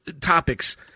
topics